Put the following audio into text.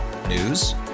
News